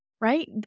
right